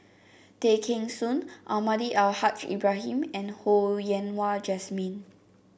Tay Kheng Soon Almahdi Al Haj Ibrahim and Ho Yen Wah Jesmine